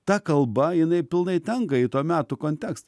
ta kalba jinai pilnai tenka į to meto kontekstą